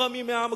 המורמים מעם,